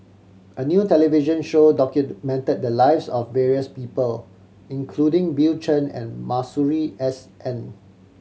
a new television show documented the lives of various people including Bill Chen and Masuri S N